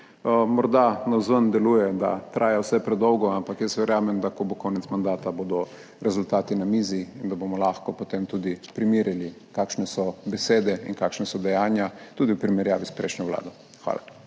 Morda navzven deluje, da traja vse predolgo, ampak jaz verjamem, da ko bo konec mandata, bodo rezultati na mizi, in da bomo lahko potem tudi primerjali, kakšne so besede in kakšna so dejanja tudi v primerjavi s prejšnjo vlado. Hvala.